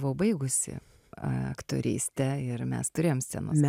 buvau baigusi aktorystę ir mes turėjom scenos